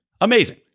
Amazing